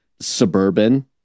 suburban